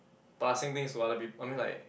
passing things to other peop~ I mean like